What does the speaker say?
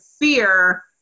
fear